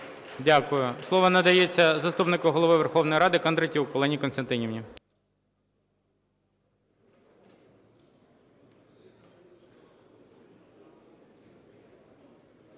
Дякую. Слово надається заступнику Голови Верховної Ради Кондратюк Олені Костянтинівні.